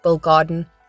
garden